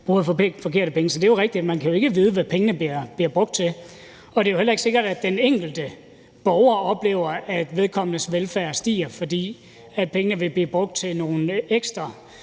bruger af forkerte penge. Så det er jo rigtigt, at man ikke kan vide, hvad pengene bliver brugt til. Og det er jo heller ikke sikkert, at den enkelte borger oplever, at vedkommendes velfærd stiger, fordi pengene vil blive brugt til nogle andre